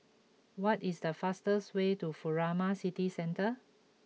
what is the fastest way to Furama City Centre